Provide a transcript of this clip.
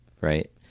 right